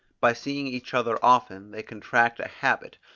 by seeing each other often they contract a habit,